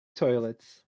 toilets